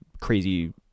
crazy